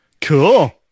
Cool